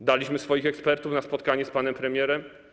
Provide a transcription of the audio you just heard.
Wysłaliśmy swoich ekspertów na spotkanie z panem premierem.